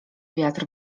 wiatr